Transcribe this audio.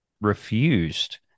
refused